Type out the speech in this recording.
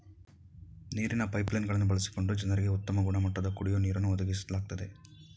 ನೀರಿನ pipeline ಗಳನ್ನು ಬಳಸಿಕೊಂಡು ಜನರಿಗೆ ಉತ್ತಮ ಗುಣಮಟ್ಟದ ಕುಡಿಯೋ ನೀರನ್ನು ಒದಗಿಸ್ಲಾಗ್ತದೆ